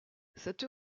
cette